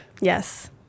Yes